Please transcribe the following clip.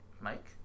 Mike